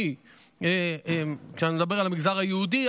כי כשאני מדבר על המגזר היהודי,